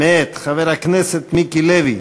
מאת חבר הכנסת מיקי לוי: